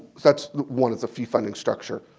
that's one of the fee funding structures.